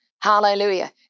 Hallelujah